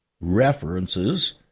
references